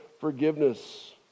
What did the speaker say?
forgiveness